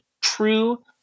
true